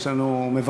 יש לנו מברכים?